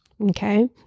Okay